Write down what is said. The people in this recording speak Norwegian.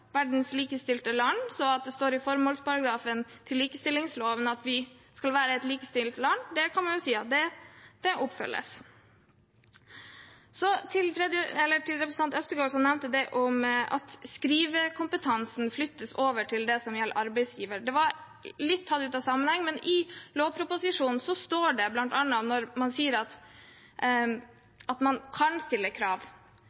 verdens mest likestilte land, så når det står i formålsparagrafen til likestillingsloven at vi skal være et likestilt land, kan man si at det oppfylles. Så til representanten Øvstegård, som nevnte at det som gjelder skrivekompetansen, flyttes over til arbeidsgiver. Det var tatt litt ut av sammenheng, men i lovproposisjonen står det bl.a. at man kan stille krav. Så flytter man det over til å gjelde at